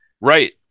right